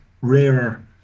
rarer